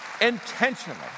intentionally